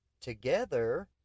together